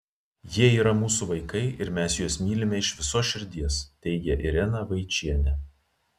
jie yra mūsų vaikai ir mes juos mylime iš visos širdies teigia irena vaičienė